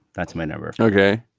that's my number. ok.